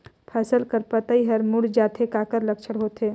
फसल कर पतइ हर मुड़ जाथे काकर लक्षण होथे?